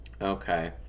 Okay